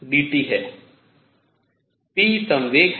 p संवेग है